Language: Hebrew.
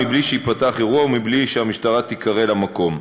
בלי שייפתח אירוע ובלי שהמשטרה תיקרא למקום.